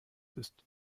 ist